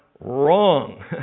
wrong